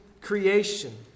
creation